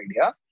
idea